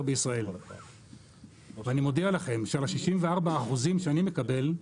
בישראל ואני מודיע לכם שעל ה-64 אחוזים שאני מקבל,